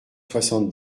soixante